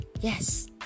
yes